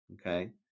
Okay